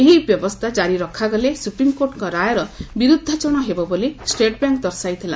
ଏହି ବ୍ୟବସ୍ଥା ଜାରି ରଖାଗଲେ ସୁପ୍ରିମକୋର୍ଟଙ୍କ ରାୟର ବିରୁଦ୍ଧାଚରଣ ହେବ ବୋଲି ଷ୍ଟେଟ୍ବ୍ୟାଙ୍କ ଦର୍ଶାଇଥିଲା